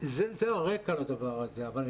זה הרקע לדבר הזה אבל,